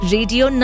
Radio